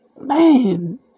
man